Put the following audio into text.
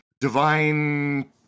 divine